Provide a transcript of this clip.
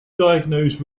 diagnosed